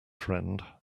friend